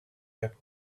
that